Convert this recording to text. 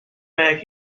back